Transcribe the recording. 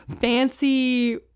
fancy